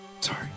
Sorry